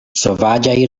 sovaĝaj